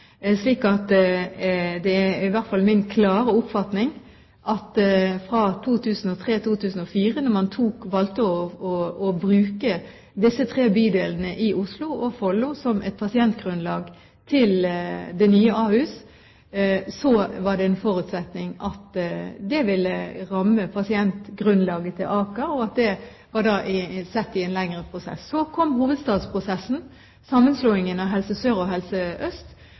Det er i hvert fall min klare oppfatning at fra 2003–2004, da man valgte å bruke disse tre bydelene i Oslo og Follo som pasientgrunnlag for det nye Ahus, var det en forutsetning at det ville ramme pasientgrunnlaget til Aker, og at det var sett i en lengre prosess. Så kom hovedstadsprosessen, sammenslåingen av Helse Sør og Helse Øst,